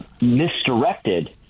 misdirected